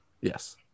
Yes